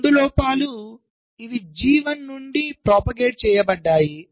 ఈ 2 లోపాలు ఇవి G1 నుండి ప్రచారం చేయబడ్డాయి